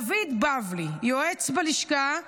דוד בבלי, יועץ בלשכה,